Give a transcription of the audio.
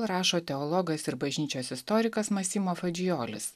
rašo teologas ir bažnyčios istorikas masimo fadžijolis